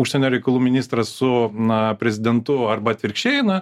užsienio reikalų ministras su na prezidentu arba atvirkščiai na